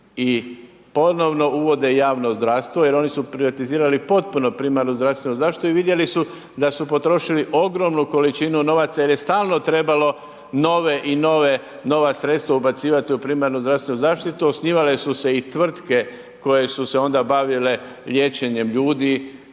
i ponovno uvode javno zdravstvo jer oni su privatizirali potpuno primarnu zdravstvenu zaštitu i vidjeli su da su potrošili ogromnu količinu novaca jer je stalno trebalo nova sredstva ubacivati u primarnu zdravstvenu zaštitu. Osnivale su se i tvrtke koje su se onda bavile liječenjem ljudi,